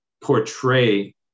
portray